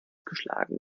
geschlagen